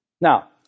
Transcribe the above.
Now